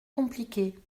compliqué